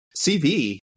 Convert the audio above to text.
CV